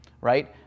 right